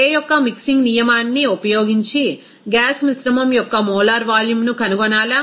కే యొక్క మిక్సింగ్ నియమాన్ని ఉపయోగించి గ్యాస్ మిశ్రమం యొక్క మోలార్ వాల్యూమ్ను కనుగొనాలా